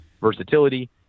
versatility